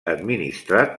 administrat